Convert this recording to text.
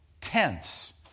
Tense